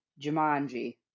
Jumanji